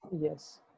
Yes